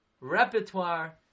repertoire